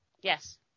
Yes